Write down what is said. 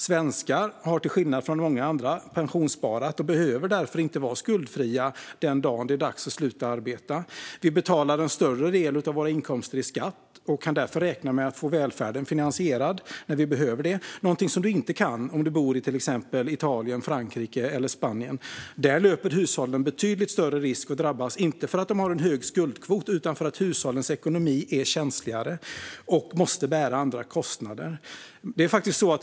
Svenskar har till skillnad från många andra pensionssparat och behöver därför inte vara skuldfria den dagen det är dags att sluta arbeta. Vi betalar en större del av våra inkomster i skatt och kan därför räkna med att få välfärden finansierad när vi behöver det. Det kan man inte om man bor i till exempel Italien, Frankrike eller Spanien. Där löper hushållen betydligt större risk att drabbas, inte för att de har hög skuldkvot utan för att hushållens ekonomi är känsligare och måste bära andra kostnader.